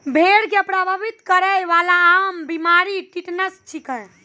भेड़ क प्रभावित करै वाला आम बीमारी टिटनस छिकै